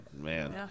man